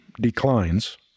declines